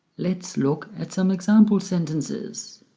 let's look at some example sentences